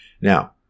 Now